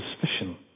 suspicion